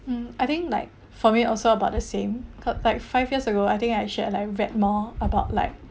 mm I think like for me also about the same cause like five years ago I think I should like read more about like